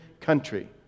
country